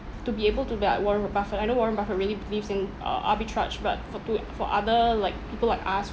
to be able to be like warren buffet I know warren buffet really believes in uh arbitrage but for to for other like people like us